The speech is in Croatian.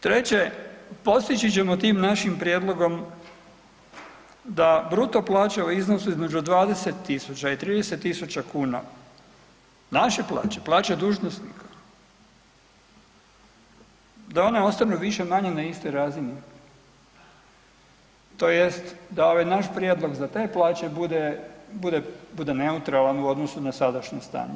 Treće, postići ćemo tim našim prijedlogom da bruto plaće u iznosu između 20.000 i 30.000 kuna naše plaće, plaće dužnosnika da one ostanu više-manje na istoj razini tj. da ovaj naš prijedlog za te plaće bude neutralan u odnosu na sadašnje stanje.